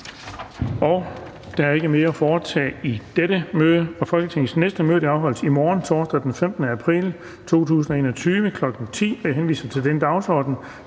Der er ikke mere at foretage i dette møde. Folketingets næste møde afholdes i morgen, torsdag den 15. april 2021, kl. 10.00. Jeg henviser til den dagsorden,